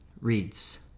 reads